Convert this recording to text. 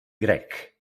grec